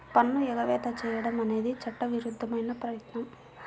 పన్ను ఎగవేత చేయడం అనేది చట్టవిరుద్ధమైన ప్రయత్నం